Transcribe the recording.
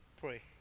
Pray